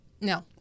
No